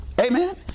Amen